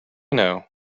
know